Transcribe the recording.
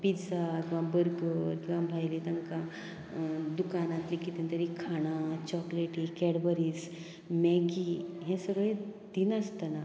pizza किंवां burger किंवां भायलें तांकां दुकांनांतलें कितें तरी खाणां चॉकलेटी केडबेरीज मेगी हे सगळें दिना आसतना